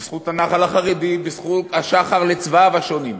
בזכות הנח"ל החרדי, בזכות השח"ר לצבעיו השונים.